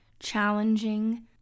challenging